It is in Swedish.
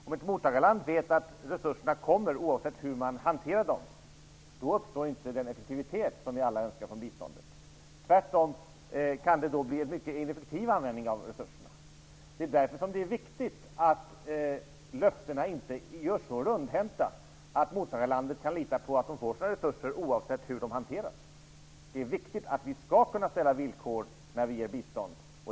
Om ett mottagarland vet att resurserna kommer, oavsett hur man hanterar dem, uppstår inte den effektivitet som vi alla önskar för biståndet. Tvärtom kan det då bli en mycket ineffektiv användning av resurserna. Det är därför viktigt att löftena inte görs så rundhänta att de i mottagarlandet kan lita på att de får sina resurser, oavsett hur de hanteras. Det är viktigt att vi skall kunna ställa villkor när vi ger bistånd.